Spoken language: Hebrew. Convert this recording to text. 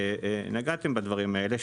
ונגעתם בדברים האלה,